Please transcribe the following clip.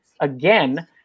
again